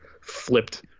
flipped